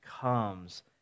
comes